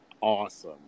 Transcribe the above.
awesome